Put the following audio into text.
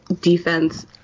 defense